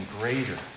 greater